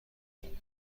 کردند